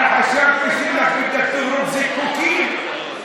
אני חשבתי שיהיה לכם תירוץ, זיקוקים.